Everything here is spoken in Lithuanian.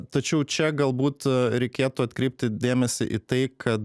tačiau čia galbūt a reikėtų atkreipti dėmesį į tai kad